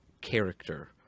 character